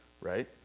right